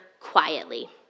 quietly